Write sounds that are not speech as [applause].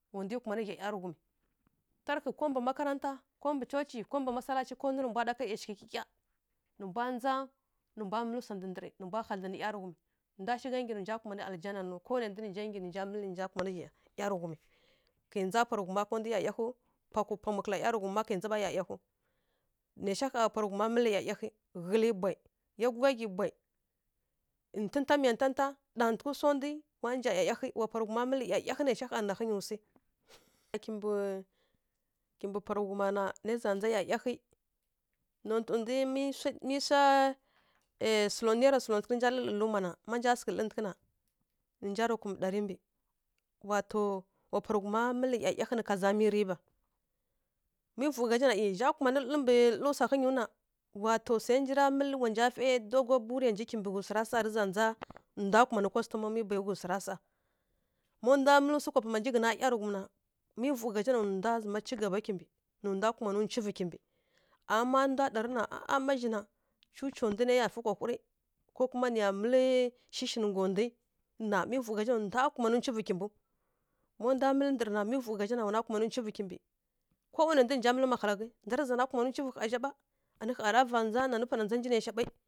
Wa ndǝ kuma nǝ ghyi ˈyaraghum taraghǝ ko mɓǝ makarata ko mɓǝ church ko mɓǝ masalachka nuyǝ nǝ mbwa ɗa ka yausghǝ kikya nǝ mbwa nja nǝ mbwa mǝl swa ndǝndǝr nǝ mbwa hadlǝn nǝ ˈyaraghum nda shǝgha gyi nǝ nja kuma nǝ alajinu ko wa nǝ nda nǝ nja mǝl nǝ nja kuma nǝ ghyi ˈyaraghum kǝ nja pa rǝ ghum nda ˈyayaghu nǝ swa gha wa pa ri ghum mǝl ˈyayghǝ ghǝlǝ bwǝ ˈyagughyi bwǝ tǝta miya tǝta wa nja ˈyayaghǝ wa pa rǝ ghum nǝ ghǝyǝ swa [laughs] kimɓǝ pa rǝ nǝ za nja iyayaghǝ notǝ ndǝ mǝ swa naira slontsukǝ ta nja lirǝ lǝrǝ luma na nja lǝrǝtǝghǝ naira ɗari wato wa pa ri ghum mǝl ˈyayaghǝ nǝ kazamǝ riba mǝ vu gha za na za kuma nǝ mɓǝ lǝrǝ swa ghǝyǝ nǝ wato swa ri nja mǝl wa nja fǝ dugo buriya nji kimɓǝ ghǝzǝ swa ra sa ta nja nda kuma nǝ customeme bwahi ghǝzǝ sa ma nda mǝl swa kwa pama nji ghǝtǝn ˈyaraghum mǝ vugha za nǝ nja cigaba nǝ nda kuma nǝ chivǝ kimɓǝ mma cuca nda nǝ ya fǝ kwa wuri nǝ nda nǝ gha mǝl shǝshǝ nǝ ngga ndǝ mǝ nǝ gha za nǝ nda kuma mɓǝw ma nda mǝl ndǝr ma nǝ gha za nǝ wa na kuma nǝ civu kimɓǝ mǝ nǝ gha za na nǝ kal wane nda mǝl maghalaghǝ ani gha tǝ zana va nja ɓǝ ani pa na nja nǝ na ɓǝ.